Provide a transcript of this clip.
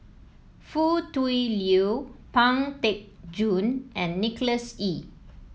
Foo Tui Liew Pang Teck Joon and Nicholas Ee